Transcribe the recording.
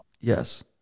Yes